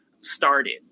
started